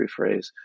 rephrase